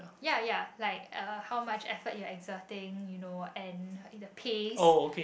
ya ya like uh how much effort you're exerting you know and the pace